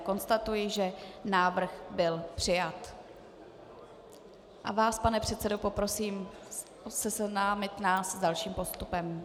Konstatuji, že návrh byl přijat, a vás, pane předsedo, poprosím seznámit nás s dalším postupem.